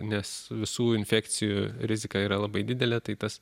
nes visų infekcijų rizika yra labai didelė tai tas